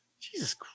Jesus